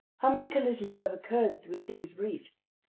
how many collisions have occurred with these reefs,